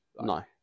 No